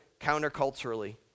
counterculturally